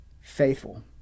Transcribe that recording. faithful